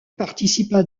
participa